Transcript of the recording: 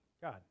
God